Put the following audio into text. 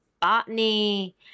botany